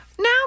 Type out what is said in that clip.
Now